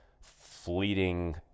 fleeting